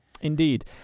Indeed